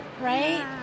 right